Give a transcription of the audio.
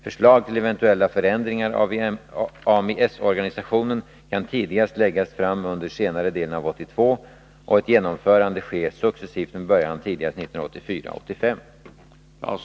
Förslag till eventuella förändringar i Ami-S-organisationen kan tidigast läggas fram under senare delen av 1982 och ett genomförande ske successivt med början tidigast 1984/85.